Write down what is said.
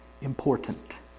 important